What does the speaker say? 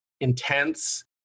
intense